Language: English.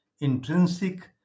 intrinsic